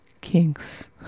Kinks